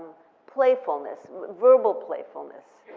playfulness, verbal playfulness.